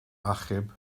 achub